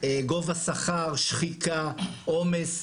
גובה שכר, שחיקה, עומס,